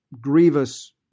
grievous